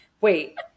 Wait